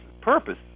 purpose